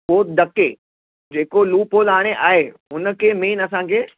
पोइ ॾके जेको लूपहोल हाणे आहे हुन खे मेन असां खे